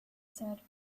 said